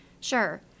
sure